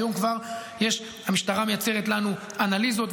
היום כבר המשטרה מייצרת לנו אנליזות,